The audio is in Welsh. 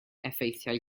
effeithiau